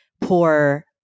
poor